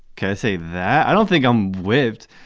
can i say that? i don't think i'm weird.